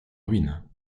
ruine